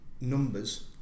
numbers